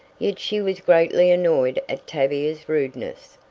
yet she was greatly annoyed at tavia's rudeness.